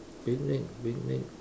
picnic picnic